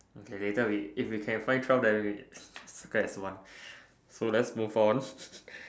okay later if we can find twelve then we circle as one so let's move on